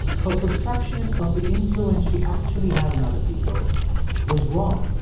her perception of the influence she actually had on other people was wrong.